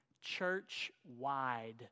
church-wide